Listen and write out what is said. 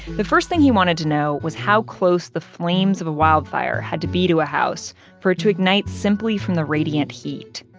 the first thing he wanted to know was how close the flames of a wildfire had to be to a house for it to ignite simply from the radiant heat.